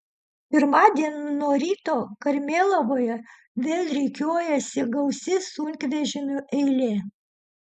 pirmadienį nuo ryto karmėlavoje vėl rikiuojasi gausi sunkvežimių eilė